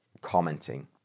commenting